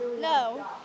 No